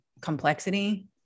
complexity